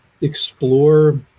explore